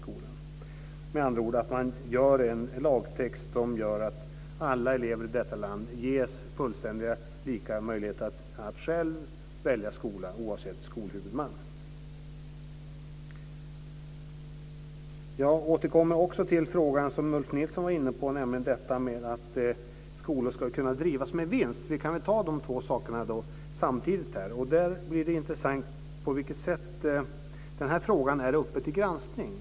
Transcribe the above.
Med andra ord handlar det om att man gör en lagtext som gör att alla elever i detta land ges fullständigt lika möjligheter att själva välja skola oavsett skolhuvudman. Jag återkommer också till frågan, som Ulf Nilsson var inne på, om detta med att skolor ska kunna drivas med vinst. Vi kan väl ta de här två sakerna samtidigt. Det är intressant på vilket sätt den här frågan är uppe till granskning.